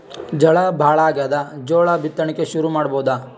ಝಳಾ ಭಾಳಾಗ್ಯಾದ, ಜೋಳ ಬಿತ್ತಣಿಕಿ ಶುರು ಮಾಡಬೋದ?